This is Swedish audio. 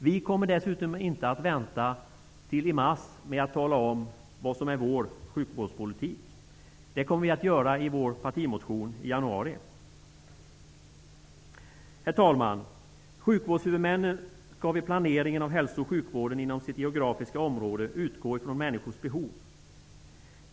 Vi kommer dessutom inte att vänta till i mars med att tala om vad som är vår framtida hälso och sjukvårdspolitik. Det kommer vi att göra i vår partimotion i januari. Herr talman! Sjukvårdshuvudmännen skall vid planeringen av hälso och sjukvården inom sitt geografiska område utgå från människors behov.